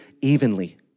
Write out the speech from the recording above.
evenly